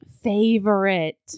favorite